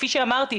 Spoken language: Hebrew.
כפי שאמרתי,